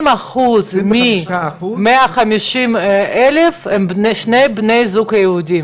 25 אחוזים מתוך 150,000 הם זוג שבו שני בני הזוג יהודיים.